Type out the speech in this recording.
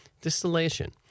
distillation